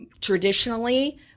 traditionally